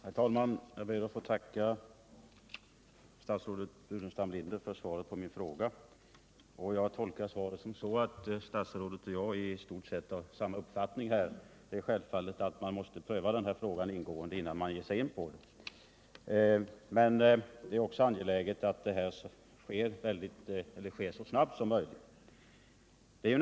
Herr talman! Jag ber att få tacka statsrådet Burenstam Linder för svaret på min fråga. Jag tolkar detta så att statsrådet och jag i stort sett är av samma uppfattning. Det är självfallet att man måste pröva denna fråga ingående innan man bestämmer sig. Men det är också angeläget att detta sker så snabbt som möjligt.